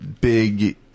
big